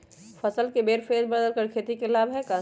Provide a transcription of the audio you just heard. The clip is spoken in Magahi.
फसल के फेर बदल कर खेती के लाभ है का?